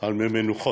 על מי מנוחות.